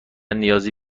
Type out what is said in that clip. نیازی